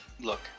Look